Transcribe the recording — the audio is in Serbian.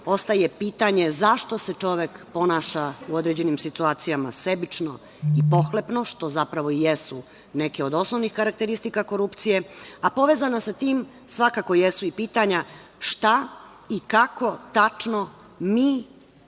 ostaje pitanje zašto se čovek ponaša u određenim situacijama sebično i pohlepno, što zapravo i jesu neke od osnovnih karakteristika korupcije, a povezano sa tim svakako jesu i pitanja šta i kako tačno mi možemo